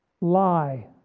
lie